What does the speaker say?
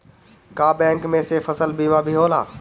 का बैंक में से फसल बीमा भी होला?